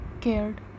cared